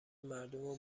مردمو